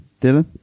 Dylan